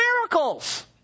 miracles